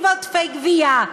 תקציב ועודפי גבייה,